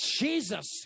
Jesus